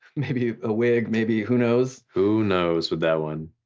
maybe a wig, maybe who knows. who knows with that one.